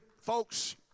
Folks